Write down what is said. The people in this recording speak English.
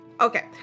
Okay